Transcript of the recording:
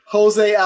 Jose